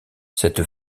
cette